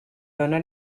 dóna